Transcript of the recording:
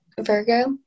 Virgo